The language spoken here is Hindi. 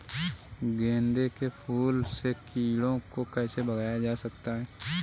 गेंदे के फूल से कीड़ों को कैसे भगाया जा सकता है?